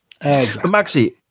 Maxi